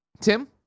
Tim